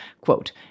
quote